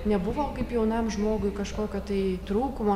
nebuvo kaip jaunam žmogui kažkokio tai trūkumo